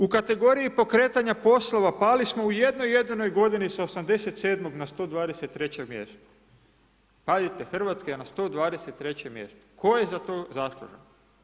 U kategoriji pokretanja poslova pali smo u jednoj jedinoj godini sa 87 na 123 mjesto pazite Hrvatska je 123 mjestu, tko je za to zaslužan?